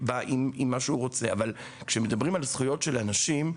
אבל כשמדברים על זכויות של אנשים,